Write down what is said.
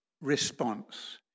response